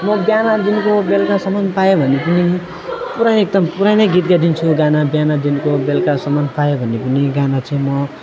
म बिहानदेखिको बेलुकासम्म पायो भने पनि पुरा एकदम पुरै नै गीत गाइदिन्छु गाना बिहानदेखिको बेलुकासम्म पायो भने पनि गाना चाहिँ म